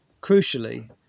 Crucially